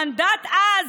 המנדט אז,